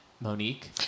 Monique